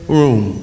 room